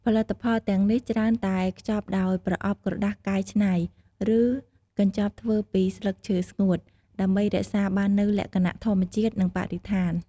ផលិតផលទាំងនេះច្រើនតែខ្ចប់ដោយ ប្រអប់ក្រដាសកែច្នៃ ឬ កញ្ចប់ធ្វើពីស្លឹកឈើស្ងួត ដើម្បីរក្សាបាននូវលក្ខណៈធម្មជាតិ និងបរិស្ថាន។